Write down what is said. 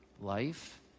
Life